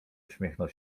uśmiechnął